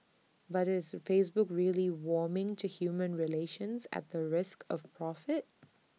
but is Facebook really warming to human relations at the risk of profit